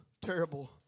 terrible